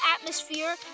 atmosphere